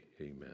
Amen